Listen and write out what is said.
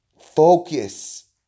focus